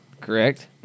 correct